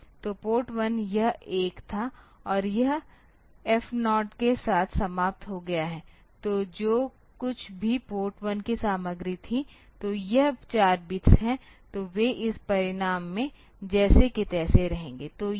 तो पोर्ट 1 यह 1 था और यह f 0 के साथ समाप्त हो गया है तो जो कुछ भी पोर्ट 1 की सामग्री थी तो यह 4 बिट्स है तो वे इस परिणाम में जैसे के तैसे रहेंगे